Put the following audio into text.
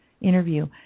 interview